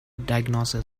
diagnosis